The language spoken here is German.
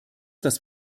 dass